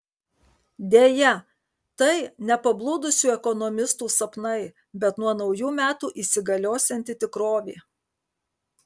deja tai ne pablūdusių ekonomistų sapnai bet nuo naujų metų įsigaliosianti tikrovė